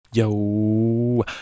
Yo